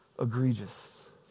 egregious